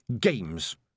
games